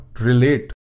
relate